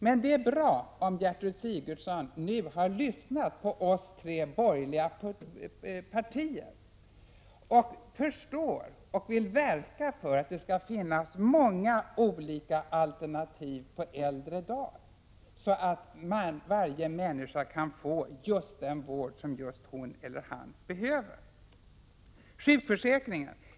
Men det är bra om Gertrud Sigurdsen nu har lyssnat på de tre borgerliga partierna och förstår och vill verka för att det skall finnas många olika alternativ, så att varje människa kan få den vård som just hon eller han behöver på äldre dagar.